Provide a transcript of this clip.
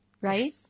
right